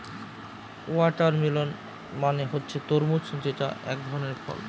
watermelon মানে হচ্ছে তরমুজ যেটা এক ধরনের ফল